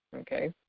okay